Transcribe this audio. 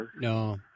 No